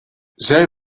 zij